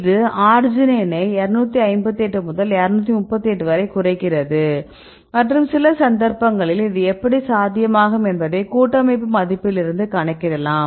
இது அர்ஜினைனை 258 முதல் 238 வரை குறைக்கிறது மற்றும் சில சந்தர்ப்பங்களில் இது எப்படி சாத்தியமாகும் என்பதை கூட்டமைப்பு மதிப்பிலிருந்து கணக்கிடலாம்